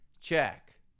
check